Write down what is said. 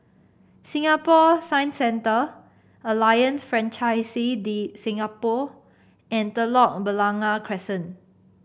Singapore Science Centre Alliance Francaise de Singapour and Telok Blangah Crescent